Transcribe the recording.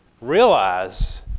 realize